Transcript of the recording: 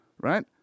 right